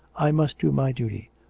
i must do my duty.